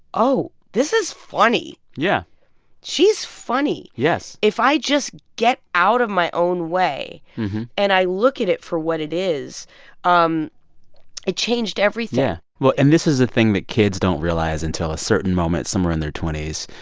oh, this is funny yeah she's funny yes if i just get out of my own way and i look at it for what it is um it changed everything yeah. well and this is a thing that kids don't realize until a certain moment somewhere in their twenty s.